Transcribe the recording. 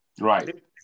Right